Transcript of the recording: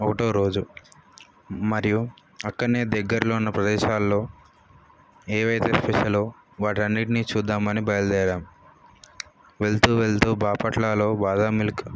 ఒకటవ రోజు మరియు అక్కడనే దగ్గరలో ఉన్న ప్రదేశాలలో ఏవైతే స్పెషలో వాటి అన్నిటిని చూద్దామని బయలుదేరాము వెళుతూ వెళుతూ బాపట్లలో బాదాం మిల్క్